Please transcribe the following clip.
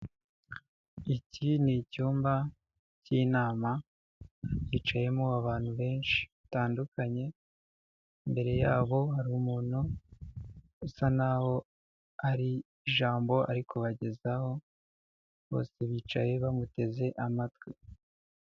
Iki ni icyumba cy'inama hicayemo abantu benshi batandukanye imbere yabo hari umuntu usa naho afite ijambo ari kubagezaho bose bicaye bamuteze amatwi.